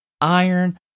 iron